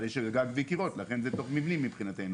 אבל יש גג וקירות ולכן זה תוך מבני מבחינתנו.